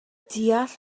deall